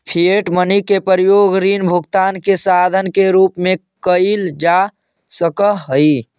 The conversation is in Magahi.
फिएट मनी के प्रयोग ऋण भुगतान के साधन के रूप में कईल जा सकऽ हई